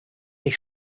ich